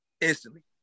instantly